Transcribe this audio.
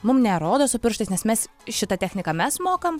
mum nerodo su pirštais nes mes šitą techniką mes mokam